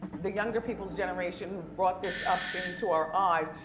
the younger people's generation, who've brought this up into our eyes,